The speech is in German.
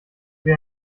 wie